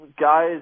guys